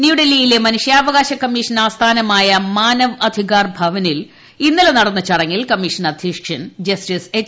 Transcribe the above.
ന്യൂഡൽഹിയിലെ മനുഷ്യാവകാശ കമ്മിഷൻ ആസ്ഥാനമായ മാനവ് അധികാർ ഭ്യപ്പ്നിൽ ഇന്നലെ നടന്ന ചടങ്ങിൽ കമ്മിഷൻ അധ്യക്ഷൻ ജ്സ്റ്റിസ് എച്ച്